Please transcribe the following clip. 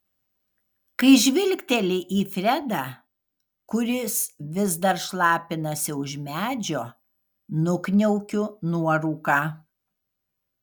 kai žvilgteli į fredą kuris vis dar šlapinasi už medžio nukniaukiu nuorūką